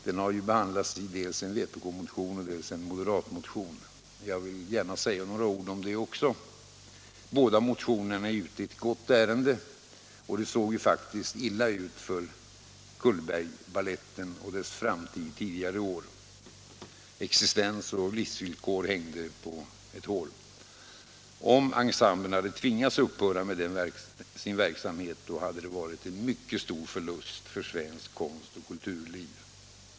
Den har ju behandlats i dels en vpk-motion, dels en moderatmotion, och jag vill gärna säga några ord om det också. Båda motionärerna är ute i ett gott ärende, och det såg faktiskt illa ut för Cullbergbalettens framtid tidigare i år. Dess existens och livsvillkor hängde på ett hår. Om ensemblen hade tvingats upphöra med sin verksamhet, hade det varit en mycket stor förlust för svenskt konstoch kulturliv.